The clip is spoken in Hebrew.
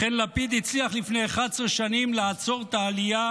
לכן לפיד הצליח לפני 11 שנים לעצור את העלייה